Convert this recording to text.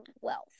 wealth